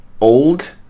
old